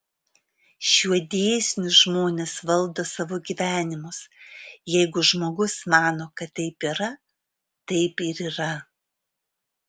šiuo dėsniu žmonės valdo savo gyvenimus jeigu žmogus mano kad taip yra taip ir yra